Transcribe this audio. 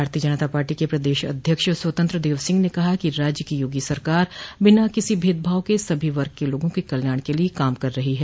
भारतीय जनता पार्टी के प्रदेश अध्यक्ष स्वतंत्र देव सिंह ने कहा कि राज्य की योगी सरकार बिना किसी भेदभाव के सभी वर्ग के लोगों के कल्याण के लिए काम कर रही है